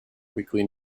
weekly